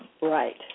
right